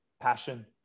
passion